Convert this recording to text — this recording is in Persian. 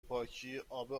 پاکی، اب